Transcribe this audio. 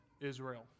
Israel